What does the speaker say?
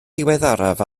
diweddaraf